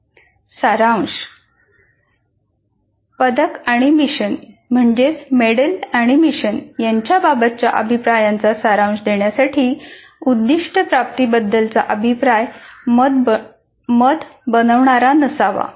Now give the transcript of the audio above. सारांश पदक आणि मिशन यांच्याबाबतच्या अभिप्रायाचा सारांश देण्यासाठी उद्दिष्ट प्राप्ती बद्दलचा अभिप्राय मत बनवणारा नसावा